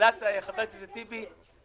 לשאלת חבר הכנסת טיבי,